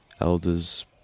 Elders